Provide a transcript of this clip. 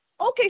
Okay